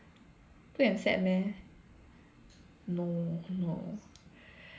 actually I'm sad leh no no